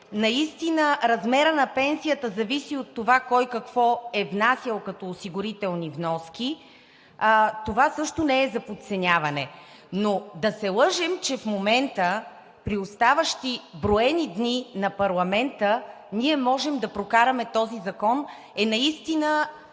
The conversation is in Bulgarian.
наистина размерът на пенсията зависи от това кой какво е внасял като осигурителни вноски, това също не е за подценяване. Но да се лъжем, че в момента, при оставащите броени дни на парламента, ние можем да прокараме този закон, е наистина